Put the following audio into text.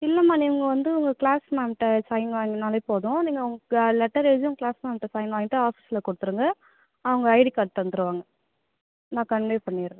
இல்லை மா நீ இவங்க வந்து உங்கள் க்ளாஸ் மேம்கிட்ட சைன் வாங்கினாலே போதும் நீங்கள் உங்க்க லெட்டர் எழுதி உங்கள் க்ளாஸ் மேம்கிட்ட சைன் வாங்கிவிட்டு ஆஃபிஸில் கொடுத்துருங்க அவங்க ஐடி கார்டு தந்துருவாங்க நான் கன்வே பண்ணிடுறேன்